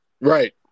right